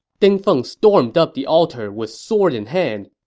ding feng stormed up the altar with sword in hand,